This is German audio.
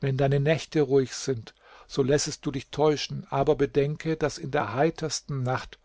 wenn deine nächte ruhig sind so lässest du dich täuschen aber bedenke daß in der heitersten nacht